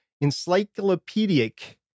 encyclopedic